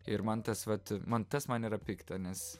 ir man tas vat man tas man yra pikta nes